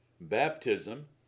Baptism